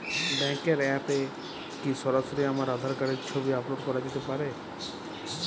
ব্যাংকের অ্যাপ এ কি সরাসরি আমার আঁধার কার্ড র ছবি আপলোড করতে পারি?